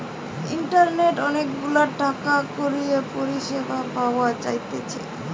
ইন্টারনেটে অনেক গুলা টাকা কড়ির পরিষেবা পাওয়া যাইতেছে